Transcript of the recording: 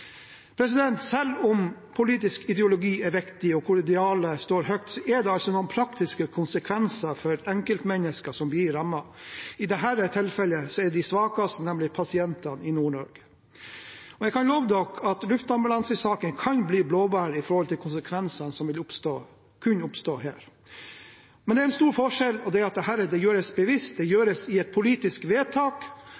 Selv om politisk ideologi er viktig og idealene er høye, medfører det praktiske konsekvenser for enkeltmennesker som blir rammet. I dette tilfellet er det de svakeste, nemlig pasientene i Nord-Norge. Jeg kan love at luftambulansesaken kan bli blåbær i forhold til konsekvensene som vil kunne oppstå av dette. Men det er en stor forskjell: Dette gjøres bevisst, det gjøres i et politisk vedtak. Og jeg spør: Hvor er advarslene fra røde Mads Gilbert, og hvor er partiet Rødt? Det